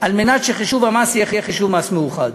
על מנת שחישוב המס יהיה חישוב מס מאוחד.